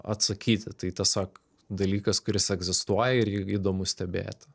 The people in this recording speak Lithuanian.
atsakyti tai tiesiog dalykas kuris egzistuoja ir jį įdomu stebėti